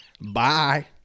Bye